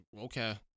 okay